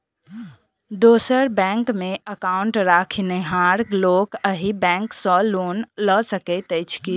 दोसर बैंकमे एकाउन्ट रखनिहार लोक अहि बैंक सँ लोन लऽ सकैत अछि की?